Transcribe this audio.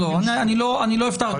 יש